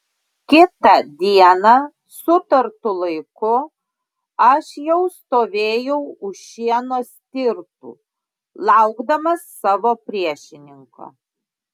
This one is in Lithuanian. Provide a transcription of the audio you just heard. kitą dieną sutartu laiku aš jau stovėjau už šieno stirtų laukdamas savo priešininko